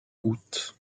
août